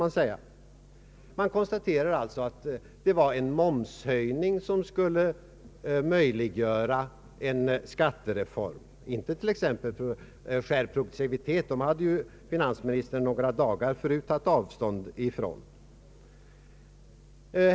Man konstaterar alltså att det var fråga om en momshöjning som skulle möjliggöra en skattereform; inte t.ex. en skärpt progressivitet — detta hade finansministern några dagar tidigare tagit avstånd ifrån.